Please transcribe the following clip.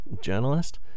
journalist